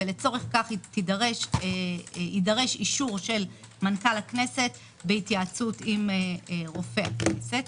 ולצורך כך יידרש אישור של מנכ"ל הכנסת בהתייעצות עם רופא הכנסת.